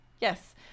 yes